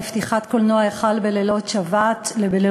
פתיחת קולנוע "היכל" בלילות שבת.